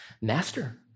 master